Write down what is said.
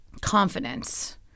confidence